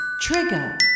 Trigger